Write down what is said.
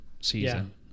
season